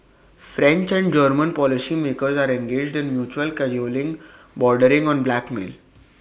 French and German policymakers are engaged in mutual cajoling bordering on blackmail